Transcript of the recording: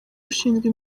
ushinzwe